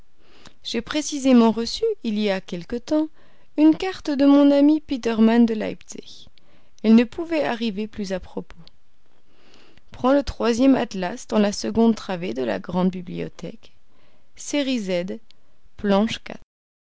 j'ai précisément reçu il y a quelque temps une carte de mon ami peterman de leipzig elle ne pouvait arriver plus à propos prends le troisième atlas dans la seconde travée de la grande bibliothèque série z planche